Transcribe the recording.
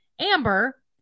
Amber